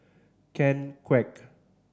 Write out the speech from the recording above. Ken Kwek